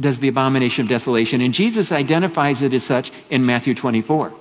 does the abomination of desolation, and jesus identifies it as such in matthew twenty four.